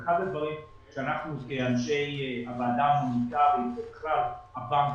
זה אחד הדברים שאנחנו כאנשי הוועדה המוניטרית ובכלל הבנק,